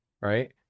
right